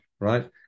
right